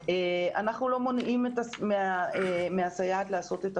אנחנו לא מונעים מהסייעת לעשות את תפקידה,